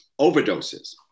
overdoses